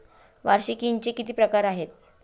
वार्षिकींचे किती प्रकार आहेत?